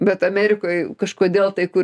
bet amerikoj kažkodėl tai kur